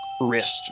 wrist